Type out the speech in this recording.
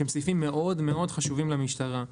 סעיפים שהם מאוד מאוד חשובים למשטרה.